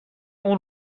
اون